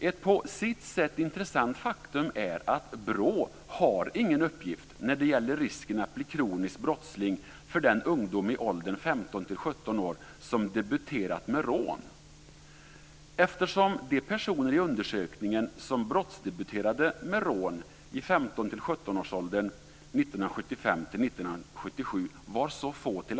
Ett på sitt sätt intressant faktum är att BRÅ inte har någon uppgift när det gäller risken att bli kronisk brottsling för den ungdom i åldern 15-17 år som debuterat med rån, eftersom de personer i undersökningen som brottsdebuterade med rån i 15-17 årsåldern 1975-1977 var så få.